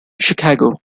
chicago